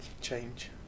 change